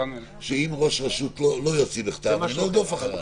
שאם ראש רשות לא יוציא בכתב לא נרדוף אחריו.